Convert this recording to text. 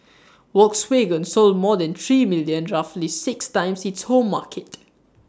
Volkswagen sold more than three million roughly six times its home market